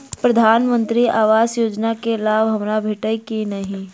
प्रधानमंत्री आवास योजना केँ लाभ हमरा भेटतय की नहि?